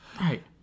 Right